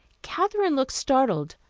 katherine looked startled.